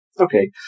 okay